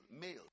male